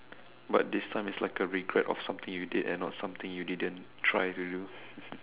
but this time it's like a regret of something you did and not something you didn't try to do